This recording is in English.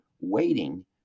waiting